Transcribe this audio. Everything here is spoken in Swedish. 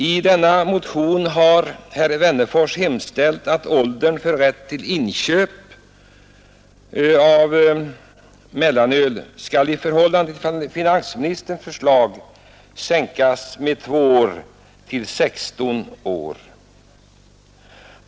I denna motion har herr Wennerfors hemställt att åldern för rätt till inköp av mellanöl skall i förhållande till finansministerns förslag sänkas med två år, till 16 år.